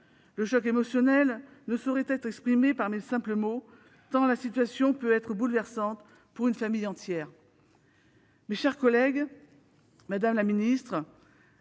Le choc émotionnel ne saurait être exprimé par mes simples mots, tant la situation peut être bouleversante pour une famille entière. Mes chers collègues, madame la ministre,